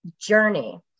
journey